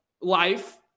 life